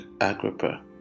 Agrippa